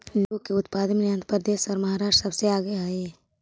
नींबू के उत्पादन में आंध्र प्रदेश और महाराष्ट्र सबसे आगे हई